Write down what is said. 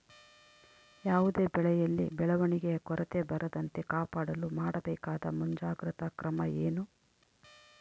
ಯಾವುದೇ ಬೆಳೆಯಲ್ಲಿ ಬೆಳವಣಿಗೆಯ ಕೊರತೆ ಬರದಂತೆ ಕಾಪಾಡಲು ಮಾಡಬೇಕಾದ ಮುಂಜಾಗ್ರತಾ ಕ್ರಮ ಏನು?